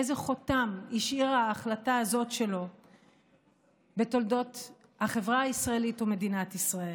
איזה חותם השאירה ההחלטה הזאת שלו בתולדות החברה הישראלית ומדינת ישראל.